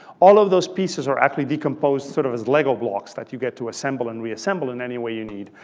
all of those pieces are actually decomposed sort of as lego blocks that you get to assemble and reassemble in any way you need.